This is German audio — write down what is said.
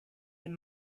den